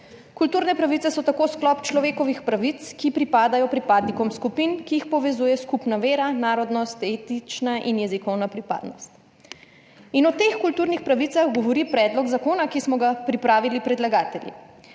Kulturne pravice so tako sklop človekovih pravic, ki pripadajo pripadnikom skupin, ki jih povezuje skupna vera, narodnost, etična in jezikovna pripadnost. O teh kulturnih pravicah govori predlog zakona, ki smo ga pripravili predlagatelji.